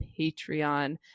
Patreon